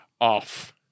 off